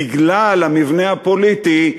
בגלל המבנה הפוליטי,